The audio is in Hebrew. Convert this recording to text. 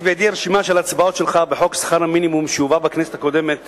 יש בידי רשימה של הצבעות שלך בחוק שכר המינימום שהובא בכנסת הקודמת